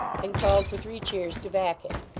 and called for three cheers to back it.